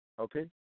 okay